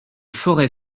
forêt